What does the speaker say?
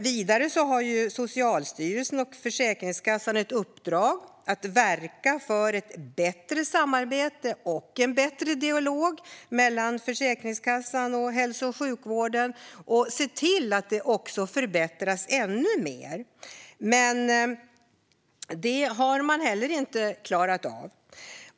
Vidare har Socialstyrelsen och Försäkringskassan ett uppdrag att verka för ett bättre samarbete och en bättre dialog mellan Försäkringskassan och hälso och sjukvården och se till att det förbättras ännu mer. Men det har man heller inte klarat av.